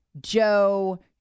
Joe